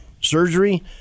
surgery